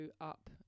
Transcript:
up